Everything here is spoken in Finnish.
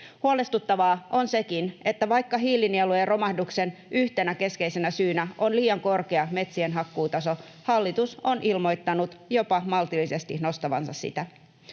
Huolestuttavaa on sekin, että vaikka yhtenä keskeisenä hiilinielujen romahduksen syynä on liian korkea metsien hakkuutaso, hallitus on ilmoittanut jopa maltillisesti nostavansa sitä.